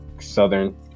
Southern